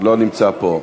לא נמצא פה.